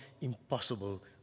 impossible